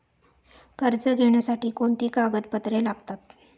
कर्ज घेण्यासाठी कोणती कागदपत्रे लागतात?